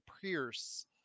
Pierce